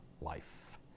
life